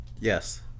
Yes